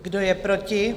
Kdo je proti?